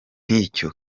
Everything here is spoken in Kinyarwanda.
nk’icyo